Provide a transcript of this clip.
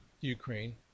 Ukraine